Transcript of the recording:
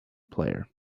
player